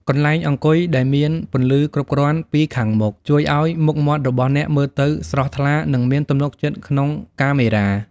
កន្លែងអង្គុយដែលមានពន្លឺគ្រប់គ្រាន់ពីខាងមុខ ជួយឱ្យមុខមាត់របស់អ្នកមើលទៅស្រស់ថ្លា និងមានទំនុកចិត្តក្នុងកាមេរ៉ា។